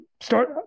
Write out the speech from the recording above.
start